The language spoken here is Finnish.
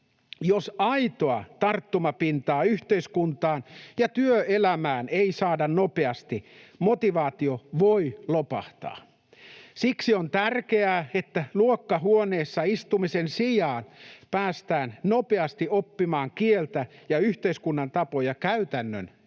Jos aitoa tarttumapintaa yhteiskuntaan ja työelämään ei saada nopeasti, motivaatio voi lopahtaa. Siksi on tärkeää, että luokkahuoneessa istumisen sijaan päästään nopeasti oppimaan kieltä ja yhteiskunnan tapoja käytännön elämässä.